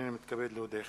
הנני מתכבד להודיעכם,